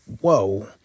whoa